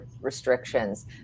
restrictions